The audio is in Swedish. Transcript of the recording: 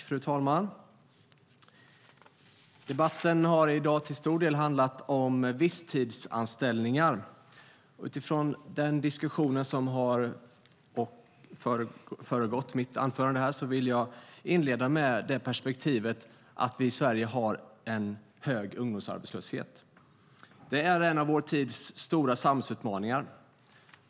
Fru talman! Debatten har i dag till stor del handlat om visstidsanställningar. Utifrån den diskussion som har föregått mitt anförande vill jag inleda med perspektivet att vi i Sverige har en hög ungdomsarbetslöshet. Det är en av vår tids stora samhällsutmaningar.